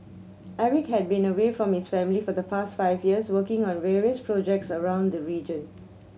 Eric had been away from his family for the past five years working on various projects around the region